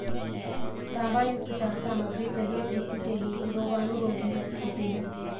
तांबायुक्त जाल सामग्री जलीय कृषि के लिए रोगाणुरोधी होते हैं